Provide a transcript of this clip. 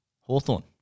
Hawthorne